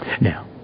Now